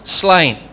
slain